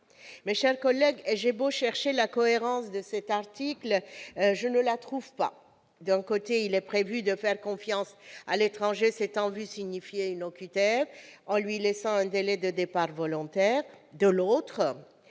Mes chers collègues, j'ai beau chercher la cohérence de cet article, je ne la trouve pas ! D'un côté, il est prévu de faire confiance à l'étranger s'étant vu signifier une OQTF, en lui laissant un délai de départ volontaire ; de l'autre,